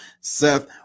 Seth